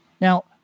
now